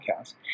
podcast